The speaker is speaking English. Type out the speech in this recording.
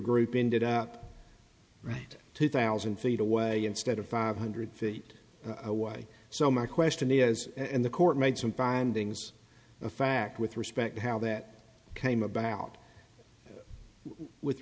group ended up right two thousand feet away instead of five hundred feet away so my question is and the court made some findings of fact with respect to how that came about with